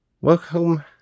welcome